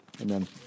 Amen